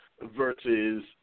versus